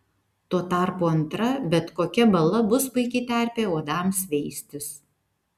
tuo tarpu antra bet kokia bala bus puiki terpė uodams veistis